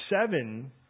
seven